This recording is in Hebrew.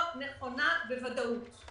לא נכונה בוודאות.